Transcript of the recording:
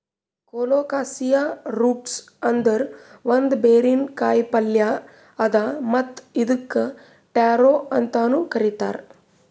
colocasia roots ಅಂದುರ್ ಒಂದ್ ಬೇರಿನ ಕಾಯಿಪಲ್ಯ್ ಅದಾ ಮತ್ತ್ ಇದುಕ್ ಟ್ಯಾರೋ ಅಂತನು ಕರಿತಾರ್